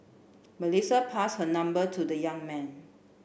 Melissa pass her number to the young man